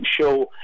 show